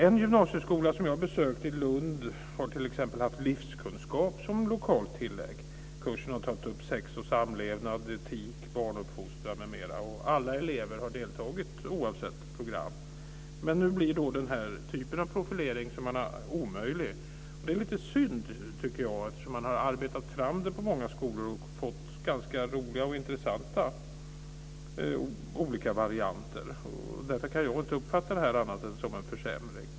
En gymnasieskola som jag besökte i Lund har t.ex. haft livskunskap som lokalt tillägg. Kursen har tagit upp sex och samlevnad, etik, barnuppfostran m.m. Alla elever har deltagit oavsett program. Men nu blir den typen av profilering omöjlig. Det är lite synd, eftersom den har arbetats fram på olika skolor med roliga och intressanta varianter. Därför kan jag inte uppfatta detta som annat än en försämring.